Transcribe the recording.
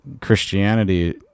Christianity